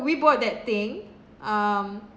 we bought that thing um